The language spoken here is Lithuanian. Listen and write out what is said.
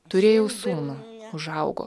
turėjau sūnų užaugo